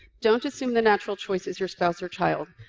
don't assume the natural choice is your spouse or child.